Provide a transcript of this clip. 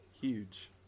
huge